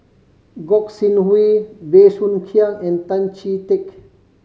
Gog Sing Hooi Bey Soo Khiang and Tan Chee Teck